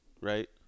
right